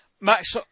Max